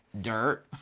Dirt